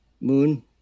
moon